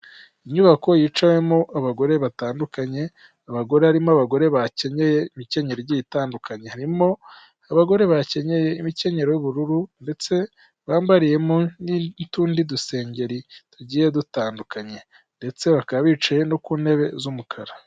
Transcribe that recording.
Inyubako yicayemo abagore batandukanye, abagore harimo abagore bakenyeye, imikenye igiye itandukanye, harimo abagore bakenyeye imikenyero y'ubururu ndetse bambariyemo n'utundi dusengeri tugiye dutandukanye, ndetse bakaba bicaye no ku ntebe z'umukara.